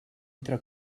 entre